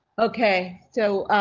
okay, so